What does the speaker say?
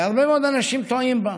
והרבה מאוד אנשים טועים בה,